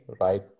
right